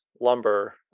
lumber